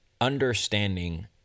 understanding